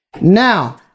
Now